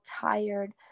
tired